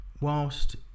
whilst